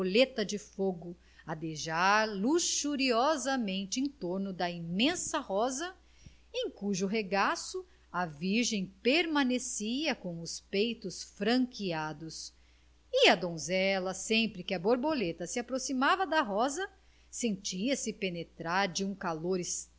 de fogo adejar luxuriosamente em torno da imensa rosa em cujo regaço a virgem permanecia com os peitos franqueados e a donzela sempre que a borboleta se aproximava da rosa sentia-se penetrar de um calor